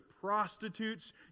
prostitutes